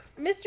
Mr